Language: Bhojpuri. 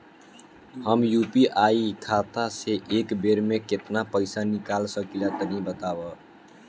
हम यू.पी.आई खाता से एक बेर म केतना पइसा निकाल सकिला तनि बतावा?